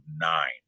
nine